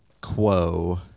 quo